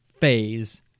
phase